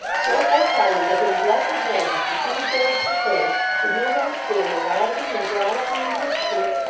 don't i tell you that his blessed majesty king george the third would no more stand a rioting and rollicking in his streets,